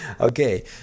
Okay